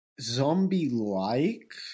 zombie-like